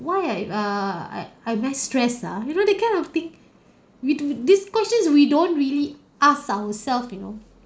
why ah if uh I am I stress ah you know that kind of thing we do these questions we don't really ask ourselves you know